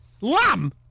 Lamb